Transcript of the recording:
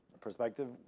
perspective